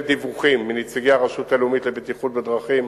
דיווחים מנציגי הרשות הלאומית לבטיחות בדרכים,